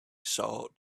salt